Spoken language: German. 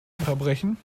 unterbrechen